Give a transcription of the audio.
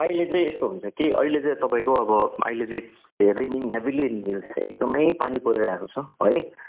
अहिले चाहिँ यस्तो हुन्छ कि अहिले चाहिँ तपाईँको अब अहिले चाहिँ धेरै नै हेभिली एकदमै पानी परिरहेको छ है